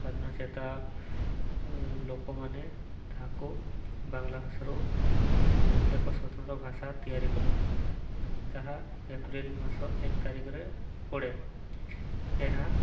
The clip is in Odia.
ସ୍ୱାଧୀନ ଚେତା ଲୋକମାନେ ତାହାକୁ ବାଙ୍ଗଲା ଭାଷାରୁ ଏକ ସ୍ୱତନ୍ତ୍ର ଭାଷା ତିଆରି କଲେ ତାହା ଏପ୍ରିଲ ମାସ ଏକ ତାରିଖରେ ପଡ଼େ ଏହା